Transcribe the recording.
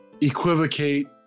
equivocate